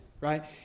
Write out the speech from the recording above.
right